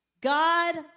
God